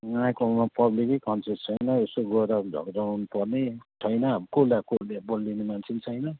यहाँको अब पब्लिकै कन्सियस छैन यसो गएर झक्झकाउनुपर्ने छैन कसले बोलिदिने मान्छे पनि छैन